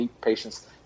patients